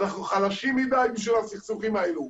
אנחנו חלשים מדי בשביל הסכסוכים האלו.